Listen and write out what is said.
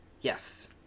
Yes